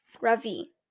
Ravi